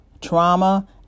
trauma